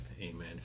amen